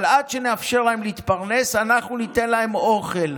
אבל עד שנאפשר להם להתפרנס אנחנו ניתן להם אוכל.